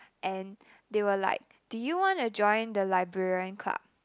and they were like do you want to join the librarian club